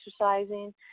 exercising